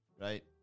Right